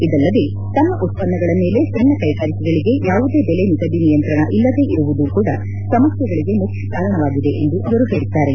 ಇದಲ್ಲದೇ ತಮ್ಮ ಉತ್ಪನ್ನಗಳ ಮೇಲೆ ಸಣ್ಣ ಕೈಗಾರಿಕೆಗಳಿಗೆ ಯಾವುದೇ ಬೆಲೆ ನಿಗದಿ ನಿಯಂತ್ರಣ ಇಲ್ಲದೇ ಇರುವುದು ಕೂಡ ಸಮಸ್ಥೆಗಳಿಗೆ ಮುಖ್ಯಕಾರಣವಾಗಿದೆ ಎಂದು ಅವರು ಹೇಳಿದ್ದಾರೆ